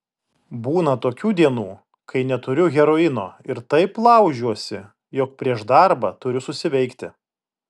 būna tokių dienų kai neturiu heroino ir taip laužiuosi jog prieš darbą turiu susiveikti